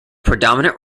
predominant